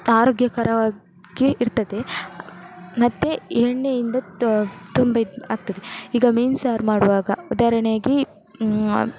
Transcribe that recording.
ಆರೋಗ್ಯಕರವಾಗಿ ಇರ್ತದೆ ಮತ್ತೆ ಎಣ್ಣೆಯಿಂದ ತ ತುಂಬಿದ್ದು ಆಗ್ತದೆ ಈಗ ಮೀನು ಸಾರು ಮಾಡುವಾಗ ಉದಾಹರಣೆಗೆ